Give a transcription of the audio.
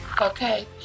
Okay